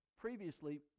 previously